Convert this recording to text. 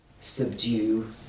subdue